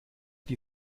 die